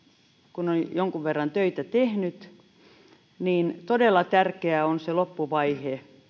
kun on jonkin verran töitä tehnyt todella tärkeä on se loppuvaihe